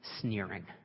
sneering